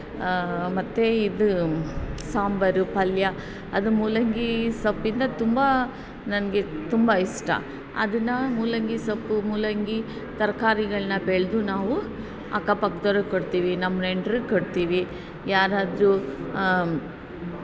ಮತ್ತು ಇದು ಸಾಂಬಾರು ಪಲ್ಯ ಅದು ಮೂಲಂಗಿ ಸೊಪ್ಪಿಂದ ತುಂಬ ನನಗೆ ತುಂಬ ಇಷ್ಟ ಅದನ್ನು ಮೂಲಂಗಿ ಸೊಪ್ಪು ಮೂಲಂಗಿ ತರ್ಕಾರಿಗಳನ್ನು ಬೆಳೆದು ನಾವು ಅಕ್ಕಪಕ್ಕದವ್ರಿಗೆ ಕೊಡ್ತೀವಿ ನಮ್ಮ ನೆಂಟ್ರಿಗೆ ಕೊಡ್ತೀವಿ ಯಾರಾದರೂ